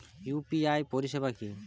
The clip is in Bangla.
ইউ.পি.আই পরিসেবা কি?